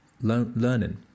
learning